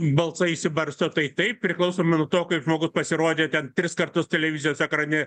balsai išsibarsto tai taip priklausomai nuo to kaip žmogus pasirodė ten tris kartus televizijos ekrane